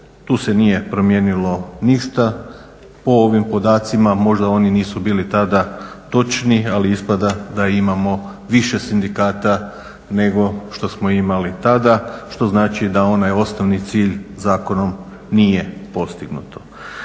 Tu se nije promijenilo ništa. Po ovim podacima možda oni nisu bili tada točni, ali ispada da imamo više sindikata nego što smo imali tada, što znači da onaj osnovni cilj zakonom nije postignut.